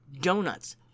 donuts